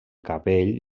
capell